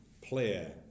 player